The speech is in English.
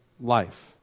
life